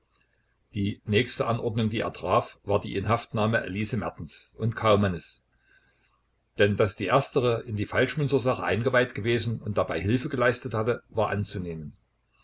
die nächste anordnung die er traf war die inhaftnahme elise mertens und kaumannes denn daß die erstere in die falschmünzersache eingeweiht gewesen und dabei hilfe geleistet hatte war anzunehmen